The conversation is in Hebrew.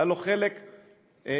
היה לו חלק משמעותי,